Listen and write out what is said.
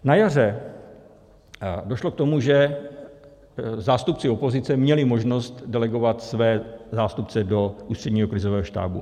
Na jaře došlo k tomu, že zástupci opozice měli možnost delegovat své zástupce do Ústředního krizového štábu.